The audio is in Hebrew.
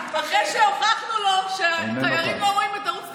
אחרי שהוכחנו לו שתיירים לא רואים את ערוץ 99,